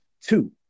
Two